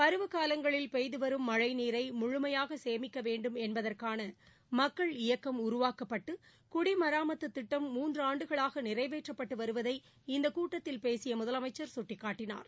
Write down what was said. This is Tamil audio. பருவ காலங்களில் பெய்து வரும் மழை நீரை முழுமையாக சேமிக்க வேண்டும் என்பதற்கான மக்கள் இயக்கம் உருவாக்கப்பட்டு குடிமராமத்து திட்டம் மூன்றாண்டுகளாக நிறைவேற்றப்பட்டு வருவதை இந்த கூட்டத்தில் பேசிய முதலமைச்சர் சுட்டிக்காட்டினார்